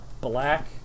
Black